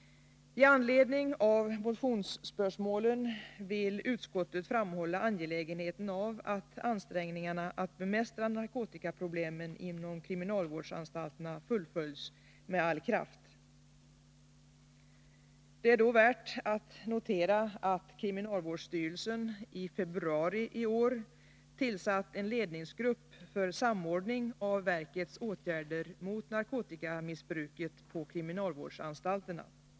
av att ansträngningarna när det gäller att bemästra narkotikaproblemen inom kriminalvårdsanstalterna fullföljs med all kraft. Det är då värt att notera att kriminalvårdsstyrelsen i februari i år tillsatt en ledningsgrupp för samordning av verkets åtgärder mot narkotikamissbruket på kriminalvårdsanstalterna.